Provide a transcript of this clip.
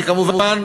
כמובן,